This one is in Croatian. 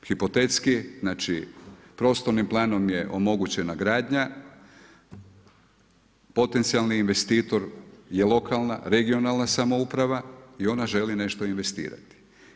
Hipotetski prostornim planom je omogućena gradnja, potencijalni investitor je lokalna, regionalna samouprava i ona želi nešto investirati.